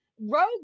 rogue